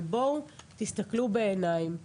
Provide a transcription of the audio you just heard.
אבל בואו תסתכלו בעיניים,